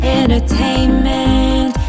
entertainment